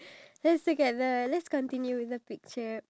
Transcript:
what I love most about this picture is